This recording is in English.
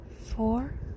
four